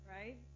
right